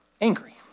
angry